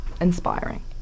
Inspiring